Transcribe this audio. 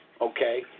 okay